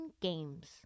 games